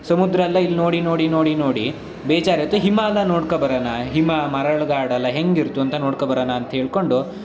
ಸಮುದ್ರ ಎಲ್ಲ ಇಲ್ಲಿ ನೋಡಿ ನೋಡಿ ನೋಡಿ ನೋಡಿ ಬೇಜಾರಾಯಿತು ಹಿಮ ಎಲ್ಲ ನೋಡ್ಕೋ ಬರಣ ಹಿಮ ಮರಳುಗಾಡೆಲ್ಲ ಹೆಂಗಿರ್ತೆ ಅಂತ ನೋಡ್ಕೋ ಬರಣ ಅಂತ ಹೇಳಿಕೊಂಡು